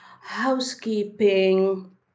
housekeeping